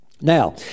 Now